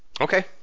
Okay